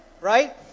right